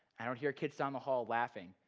i would hear kids down the hall laughing,